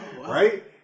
Right